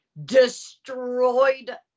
destroyed